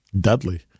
Dudley